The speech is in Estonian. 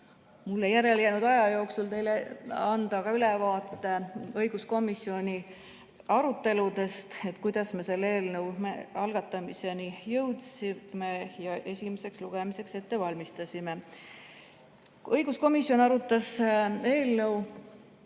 mulle järelejäänud aja jooksul teile anda ka ülevaate õiguskomisjoni aruteludest, sellest, kuidas me selle eelnõu algatamiseni jõudsime ja seda esimeseks lugemiseks ette valmistasime. Õiguskomisjon arutas eelnõu